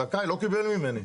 זכאי, לא קיבל ממני.